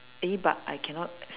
eh but I cannot des~